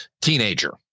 teenager